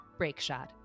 *Breakshot*